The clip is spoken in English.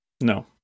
no